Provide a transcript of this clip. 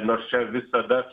nors čia visada